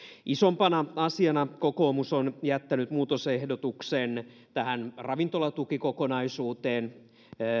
isompana asiana kokoomus on jättänyt muutosehdotuksen tähän ravintolatukikokonaisuuteen